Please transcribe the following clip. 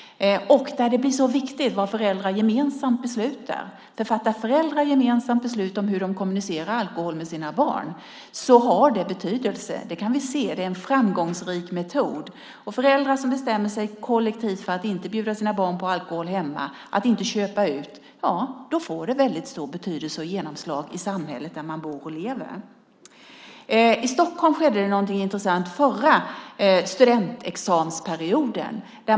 Där blir det så viktigt vad föräldrar gemensamt beslutar. Fattar föräldrar ett gemensamt beslut om hur de ska kommunicera om alkohol med sina barn har det betydelse. Det kan vi se. Det är en framgångsrik metod. Om föräldrar bestämmer sig kollektivt för att inte bjuda sina barn på alkohol hemma och att inte köpa ut får det väldigt stor betydelse och genomslag i samhället där man bor och lever. I Stockholm skedde det någonting intressant under den förra studentexamensperioden.